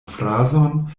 frazon